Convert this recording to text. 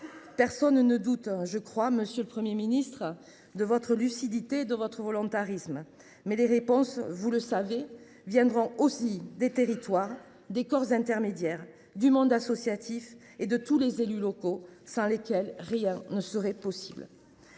Personne ne doute, monsieur le Premier ministre, de votre lucidité ni de votre volontarisme. Mais les réponses, vous le savez, viendront aussi des territoires, des corps intermédiaires, du monde associatif et de tous les élus locaux, sans lesquels rien ne serait possible.